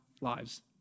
lives